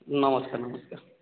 ନମସ୍କାର ନମସ୍କାର